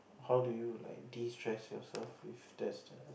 how do you like destress yourself if that's the